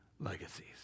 legacies